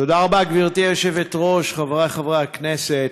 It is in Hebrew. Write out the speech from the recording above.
תודה רבה, גברתי היושבת-ראש, חברי חברי הכנסת,